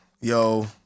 Yo